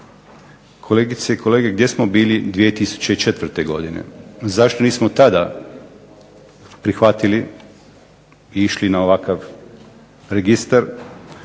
kolegice i kolege zastupnici gdje smo bili 2004. godine? Zašto nismo tada prihvatili i išli na ovakav registar,